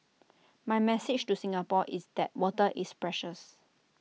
my message to Singapore is that water is precious